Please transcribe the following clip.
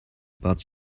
but